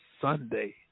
sunday